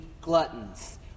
gluttons